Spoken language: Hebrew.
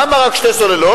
למה רק שתי סוללות?